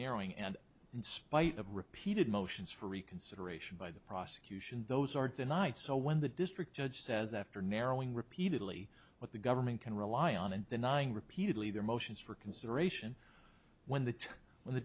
narrowing and in spite of repeated motions for reconsideration by the prosecution those aren't the night so when the district judge says after narrowing repeatedly what the government can rely on and denying repeatedly their motions for consideration when the time when the